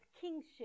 kingship